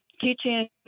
teaching